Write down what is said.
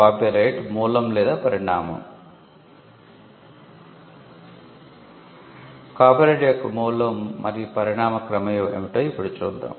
copyright యొక్క మూలం మరియు పరిణామ క్రమం ఏమిటో ఇప్పుడు చూద్దాం